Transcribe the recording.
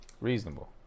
reasonable